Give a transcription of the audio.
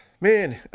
man